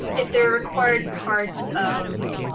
if they're a required part of